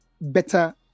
better